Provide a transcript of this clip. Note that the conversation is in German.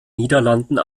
niederlanden